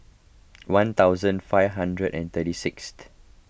one thousand five hundred and thirty sixth